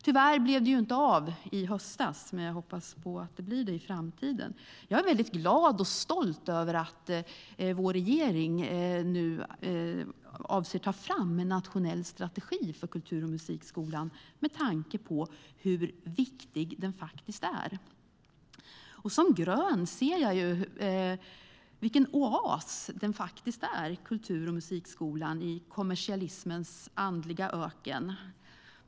Tyvärr blev det inte av i höstas, men jag hoppas att det blir av i framtiden. Jag är glad och stolt över att vår regering avser att ta fram en nationell strategi för kultur och musikskolan, detta med tanke på hur viktig den är. Som grön ser jag vilken oas kultur och musikskolan är i denna kommersialismens andliga öken.